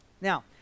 Now